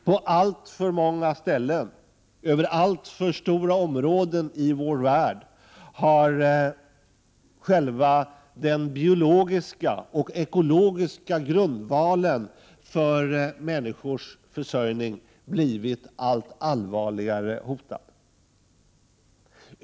På alltför många ställen över alltför stora områden i vår värld har själva den biologiska och ekologiska grundvalen för människors försörjning blivit allt allvarligare hotad.